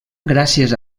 gràcies